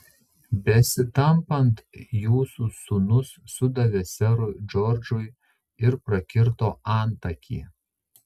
besitampant jūsų sūnus sudavė serui džordžui ir prakirto antakį